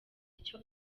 icyo